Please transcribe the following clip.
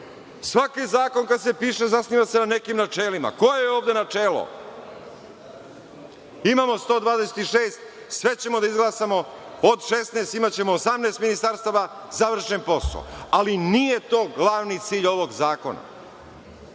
Svaki zakon kada se piše zasniva se na neki načelima. Koje je ovde načelo? Imamo 126, sve ćemo da izglasamo, od 16, imaćemo 18 ministarstava, završen posao. Ali, nije to glavni cilj ovog zakona. Ovaj